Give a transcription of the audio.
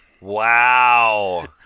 Wow